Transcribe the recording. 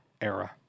era